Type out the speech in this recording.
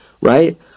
right